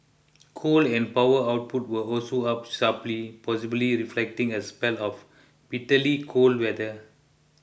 coal and power output were also up sharply possibly reflecting a spell of bitterly cold weather